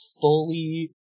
fully